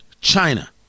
China